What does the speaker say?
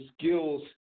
skills